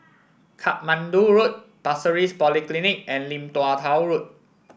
Katmandu Road Pasir Ris Polyclinic and Lim Tua Tow Road